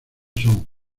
son